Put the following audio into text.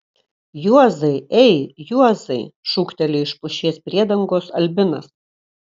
juozai ei juozai šūkteli iš pušies priedangos albinas